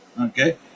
Okay